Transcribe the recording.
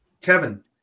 Kevin